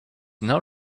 now